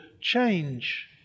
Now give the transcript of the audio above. change